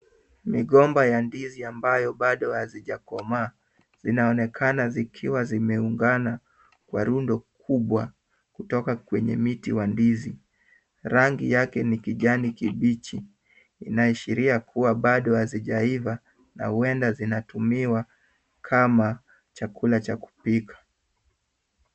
Migomba ya ndizi ambayo bado hazijakomaa, zinaonekana zikiwa zimeungana kwa rundo kubwa kutoka kwenye miti wa ndizi. Rangi yake ni kijani kibichi. Inaashiria kuwa bado hazijaiva na huenda zinatumiwa kama chakula cha kupika.